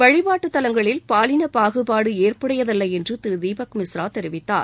வழிபாட்டுத்தலங்களில் பாலின பாகுபாடு ஏற்புடையதல்ல என்று திரு தீபக் மிஸ்ரா தெரிவித்தார்